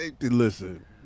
listen